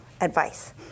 advice